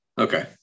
Okay